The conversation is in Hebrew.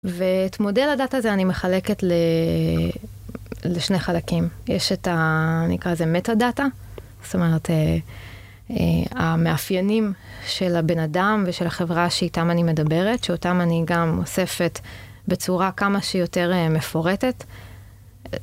ואת מודל הדאטה הזה אני מחלקת לשני חלקים. יש את הנקרא לזה מטה דאטה, זאת אומרת המאפיינים של הבן אדם ושל החברה שאיתם אני מדברת, שאותם אני גם אוספת בצורה כמה שיותר מפורטת.